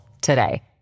today